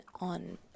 on